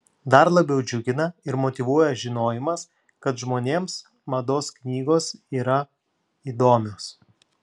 dar labiau džiugina ir motyvuoja žinojimas kad žmonėms mados knygos yra įdomios